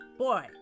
boy